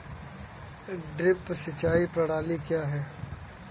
Drip सिंचाई प्रणाली क्या है?